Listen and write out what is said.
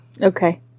Okay